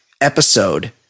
episode